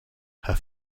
her